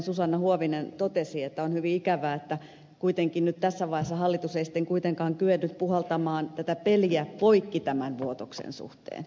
susanna huovinen totesi että on hyvin ikävää että kuitenkaan nyt tässä vaiheessa hallitus ei sitten kyennyt puhaltamaan peliä poikki tämän vuotoksen suhteen